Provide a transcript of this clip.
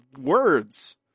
words